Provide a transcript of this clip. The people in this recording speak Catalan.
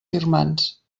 firmants